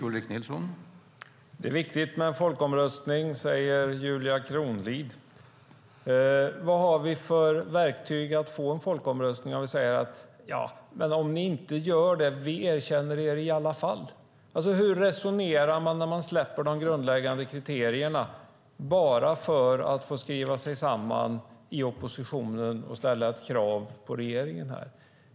Herr talman! Det är viktigt med en folkomröstning, säger Julia Kronlid. Vad har vi för verktyg för att få en folkomröstning om vi säger: Nja, men om ni inte gör det erkänner vi er i alla fall. Hur resonerar man när man släpper de grundläggande kriterierna bara för att få skriva sig samman i oppositionen och ställa ett krav på regeringen?